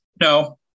No